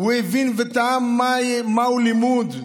הוא הבין וטעם מהו לימוד,